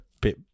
bit